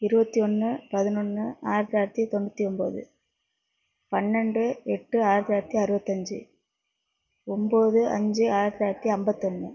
இருபத்தி ஒன்று பதினொன்று ஆயிரத்தி தொள்ளாயிரத்தி தொண்ணூற்றி ஒம்போது பன்னெண்டு எட்டு ஆயிரத்தி தொள்ளாயிரத்தி அறுபத்தஞ்சி ஒம்போது அஞ்சு ஆயிரத்தி தொள்ளாயிரத்தி ஐம்பத்தொன்னு